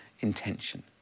intention